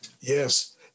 Yes